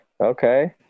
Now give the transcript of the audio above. Okay